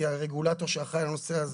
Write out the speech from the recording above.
כרגולטור שאחראי על הנושא הזה,